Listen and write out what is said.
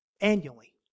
annually